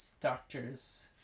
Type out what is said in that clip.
doctors